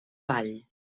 vall